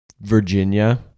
Virginia